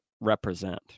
represent